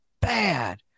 bad